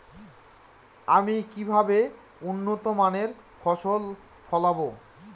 আমি কিভাবে উন্নত মানের ফসল ফলাবো?